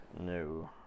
No